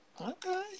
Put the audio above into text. Okay